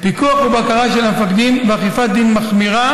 פיקוח ובקרה של המפקדים ואכיפת דין מחמירה